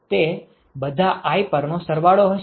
ચોખ્ખું કિરણોત્સર્ગ વિનિમય શું હશે